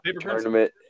Tournament